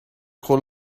khawh